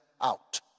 out